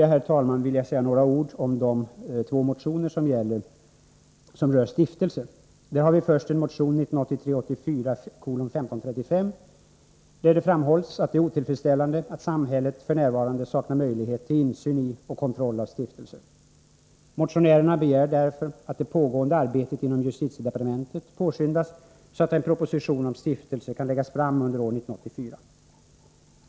Jag skulle vilja säga några ord om de två motioner som rör stiftelser. I fråga om detta har vi först en motion, 1983/84:1535, där det framhålls att det är otillfredsställande att samhället f. n. saknar möjlighet till insyn i och kontroll av stiftelser. Motionärerna begär därför att det pågående arbetet inom justitiedepartementet påskyndas så att en proposition om stiftelser kan läggas fram under år 1984.